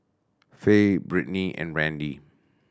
Faye Brittny and Randy